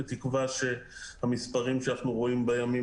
בתקווה שהמספרים שאנחנו רואים בימים